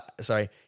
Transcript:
Sorry